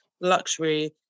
luxury